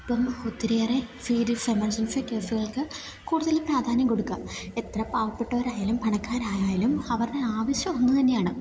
ഇപ്പം ഒത്തിരിയേറെ serious emergency കേസുകൾക്ക് കൂടുതൽ പ്രാധാന്യം കൊടുക്കുക എത്ര പാവപ്പെട്ടവരായാലും പണക്കാരായാലും അവരുടെ ആവശ്യം ഒന്ന് തന്നെയാണ്